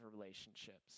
relationships